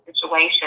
situation